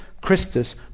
christus